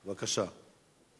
בבקשה.